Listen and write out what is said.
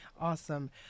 awesome